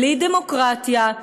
בלי דמוקרטיה,